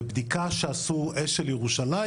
ובדיקה שעשו אשל ירושלים,